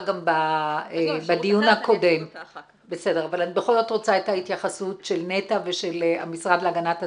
אני בכל זאת רוצה את ההתייחסות של נטע ושל המשרד להגנת הסביבה,